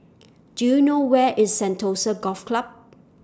Do YOU know Where IS Sentosa Golf Club